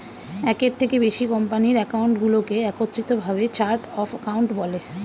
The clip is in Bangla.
একের থেকে বেশি কোম্পানির অ্যাকাউন্টগুলোকে একত্রিত ভাবে চার্ট অফ অ্যাকাউন্ট বলে